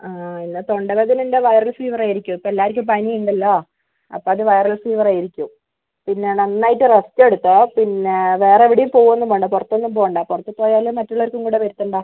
ആ എന്നാൽ തൊണ്ടവേദന ഉണ്ടെങ്കിൽ വൈറൽ ഫീവറായിരിക്കും ഇപ്പം എല്ലാവർക്കും പനിയുണ്ടല്ലോ അപ്പം അത് വൈറൽ ഫീവറായിരിക്കും പിന്നെ നന്നായിട്ട് റെസ്ററ് എടുത്തോളു പിന്നെ വേറെ എവിടെയും പോകുവൊന്നും വേണ്ട പുറത്തൊന്നും പോകണ്ട പുറത്തു പോയാൽ മറ്റുള്ളവർക്കും കൂടെ വരുത്തണ്ട